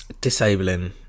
disabling